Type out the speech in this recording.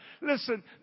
Listen